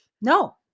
No